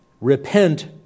Repent